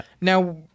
Now